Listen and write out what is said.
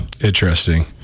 Interesting